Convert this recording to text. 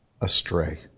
astray